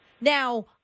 Now